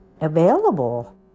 available